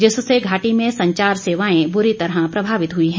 जिससे घाटी में संचार सेवाएं बुरी तरह प्रभावित हुई हैं